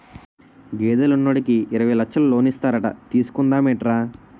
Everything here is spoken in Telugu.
గేదెలు ఉన్నోడికి యిరవై లచ్చలు లోనిస్తారట తీసుకుందా మేట్రా